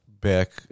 back